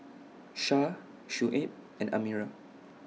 Syah Shuib and Amirah